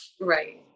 Right